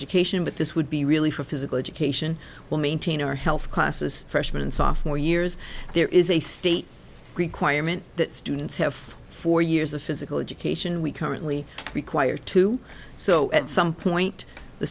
education but this would be really for physical education well maintain our health classes freshman and sophomore years there is a state requirement that students have four years of physical education we currently require two so at some point the